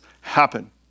happen